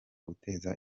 guteza